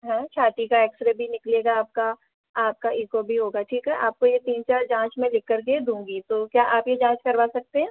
हाँ छाती का एक्स रे भी निकलेगा आपका आपका ईको भी होगा ठीक है आपको यह तीन चार जाँच मैं लिख कर के दूँगी तो क्या आप यह जाँच करवा सकते हैं